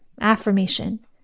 affirmation